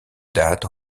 dates